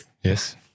Yes